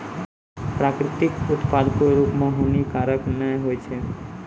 प्राकृतिक उत्पाद कोय रूप म हानिकारक नै होय छै